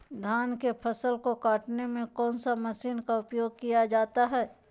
धान के फसल को कटने में कौन माशिन का उपयोग किया जाता है?